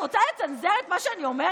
את רוצה לצנזר את מה שאני אומרת?